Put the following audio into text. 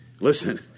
Listen